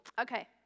Okay